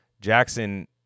Jackson